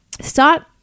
start